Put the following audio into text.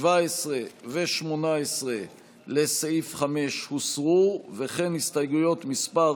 17 ו-18 לסעיף 5 הוסרו, וכן הסתייגויות מס'